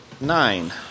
nine